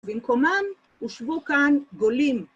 במקומם הושבו כאן גולים.